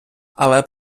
але